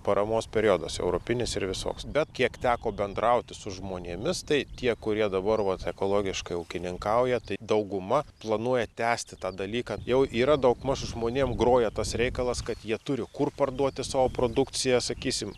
paramos periodas europinis ir visoks bet kiek teko bendrauti su žmonėmis tai tie kurie dabar vat ekologiškai ūkininkauja tai dauguma planuoja tęsti tą dalyką jau yra daugmaž žmonėm groja tas reikalas kad jie turi kur parduoti savo produkciją sakysim